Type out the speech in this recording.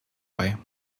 bei